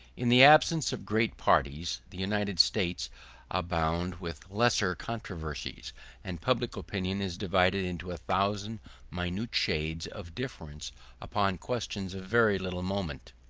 in the absence of great parties, the united states abound with lesser controversies and public opinion is divided into a thousand minute shades of difference upon questions of very little moment.